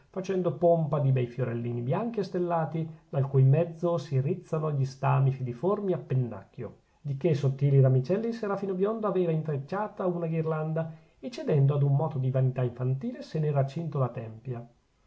facendo pompa di bei fiorellini bianchi e stellati dal cui mezzo si rizzano gli stami filiformi a pennacchio di que sottili ramicelli il serafino biondo aveva intrecciata una ghirlanda e cedendo ad un moto di vanità infantile se n'era cinto le tempia